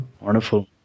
Wonderful